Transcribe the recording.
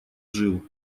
жил